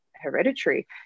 hereditary